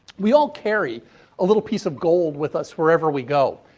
we all carry a little piece of gold with us wherever we go.